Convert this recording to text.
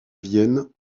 vienne